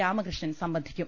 രാമകൃഷ്ണൻ സംബന്ധിക്കും